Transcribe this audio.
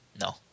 No